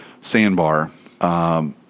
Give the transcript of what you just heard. Sandbar